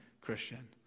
Christian